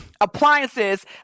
Appliances